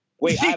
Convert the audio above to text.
Wait